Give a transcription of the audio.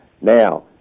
Now